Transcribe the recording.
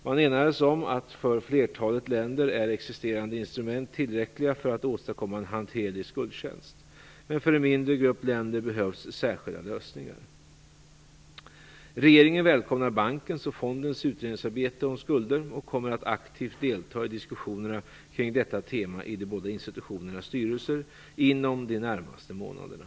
Man enades om att för flertalet länder är existerande instrument tillräckliga för att åstadkomma en hanterlig skuldtjänst. Men för en mindre grupp länder behövs särskilda lösningar. Regeringen välkomnar bankens och fondens utredningsarbete om skulder och kommer att aktivt delta i diskussionerna kring detta tema i de båda institutionernas styrelser inom de närmaste månaderna.